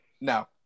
No